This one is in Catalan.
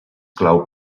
clau